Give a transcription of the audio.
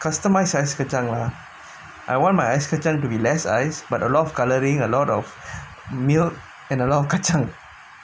customised ice kacang lah I want my ice kacang to have less ice but a lot of colouring a lot of milk and a lot of kacang